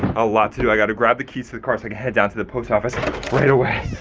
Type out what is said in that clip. a lot to do. i gotta grab the keys to the car so i can head down to the post office right away.